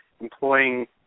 employing